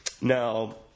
Now